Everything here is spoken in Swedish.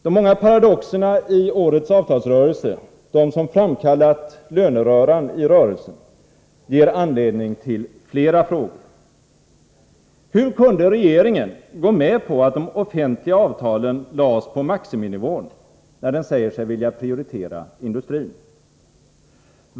De många paradoxerna i årets avtalsrörelse, de som framkallat löneröran i rörelsen, ger anledning till flera frågor. Hur kunde regeringen gå med på att de offentliga avtalen lades på maximinivå när regeringen säger sig vilja prioritera industrin?